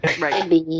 Right